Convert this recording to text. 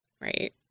right